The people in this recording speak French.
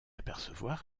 apercevoir